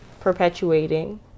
perpetuating